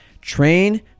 Train